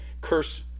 curse